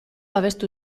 abestu